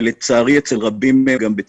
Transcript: ולצערי אצל רבים גם בצדק.